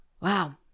Wow